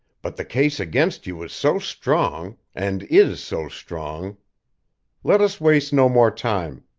but the case against you was so strong and is so strong let us waste no more time,